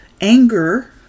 anger